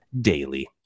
daily